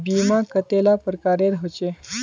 बीमा कतेला प्रकारेर होचे?